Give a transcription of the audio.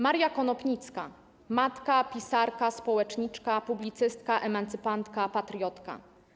Maria Konopnicka - matka, pisarka, społeczniczka, publicystyka, emancypantka, patriotka.